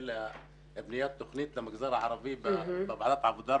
לבניית תכנית למגזר הערבי בוועדת העבודה,